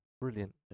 brilliant